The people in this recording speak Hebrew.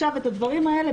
את הדברים האלה,